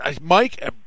Mike